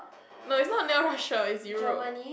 not it's not near Russia it's Europe